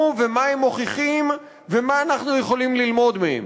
ומה הם מוכיחים ומה אנחנו יכולים ללמוד מהם.